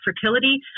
fertility